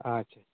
ᱟᱪᱪᱷᱟ